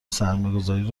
سرمایهگذاری